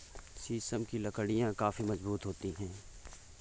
शीशम की लकड़ियाँ काफी मजबूत होती हैं